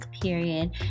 period